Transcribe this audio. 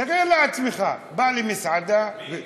תאר לעצמך: בא למסעדה, מי?